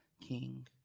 king